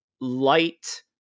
light